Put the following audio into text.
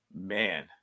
Man